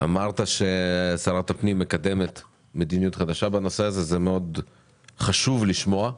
אמרת ששרת הפנים מקדמת מדיניות חדשה בנושא הזה וזה מאוד חשוב לשמוע.